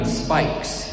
spikes